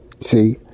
See